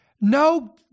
No